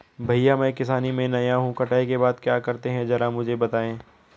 भैया मैं किसानी में नया हूं कटाई के बाद क्या करते हैं जरा मुझे बताएं?